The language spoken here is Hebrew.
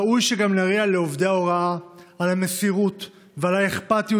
ראוי שגם נריע לעובדי ההוראה על המסירות ועל האכפתיות